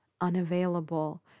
unavailable